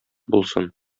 булсын